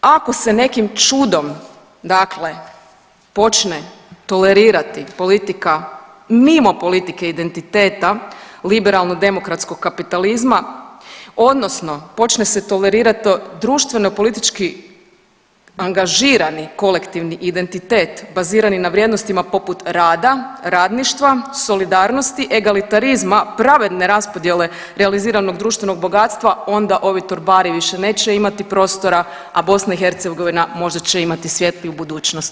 Ako se nekim čudom dakle počne tolerirati politika mimo politike identiteta liberalno-demokratskog kapitalizma odnosno počne se tolerirat društvenopolitički angažirani kolektivni identitet bazirani na vrijednostima poput rada, radništva, solidarnosti, egalitarizma, pravedne raspodjele realiziranog društvenog bogatstva onda ovi torbari više neće imati prostora, a BiH možda će imati svjetliju budućnost.